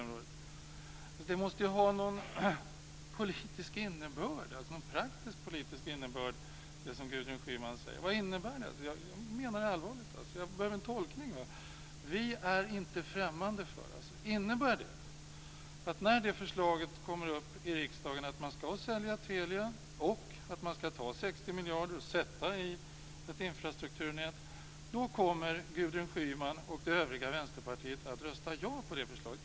Men detta måste ju ha någon praktisk politisk innebörd. Vad innebär det? Jag menar detta allvarligt. Jag behöver en tolkning. Vi är inte främmande för det - innebär det att när förslaget kommer upp i riksdagen om att sälja Telia och att ta 60 miljarder och sätta i ett infrastrukturnät kommer Gudrun Schyman och de övriga i Vänsterpartiet att rösta ja till det förslaget?